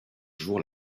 jours